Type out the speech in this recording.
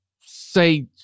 say